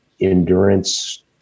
endurance